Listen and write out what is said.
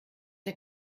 der